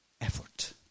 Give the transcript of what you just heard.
Effort